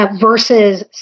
versus